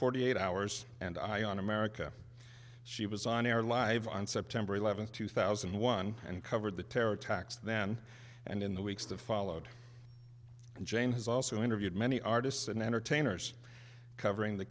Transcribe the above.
forty eight hours and i on america she was on air live on september eleventh two thousand and one and covered the terror attacks then and in the weeks that followed jane has also interviewed many artists and entertainers covering the